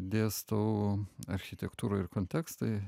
dėstau architektūra ir kontekstai